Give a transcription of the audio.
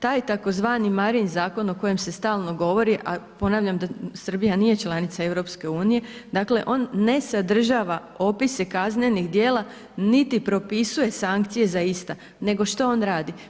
Taj tzv. Marijin zakon o kojem se stalno govori, a ponavljam da Srbija nije članica EU, dakle on ne sadržava opise kaznenih djela, niti propisuje sankcije za ista, nego što on radi?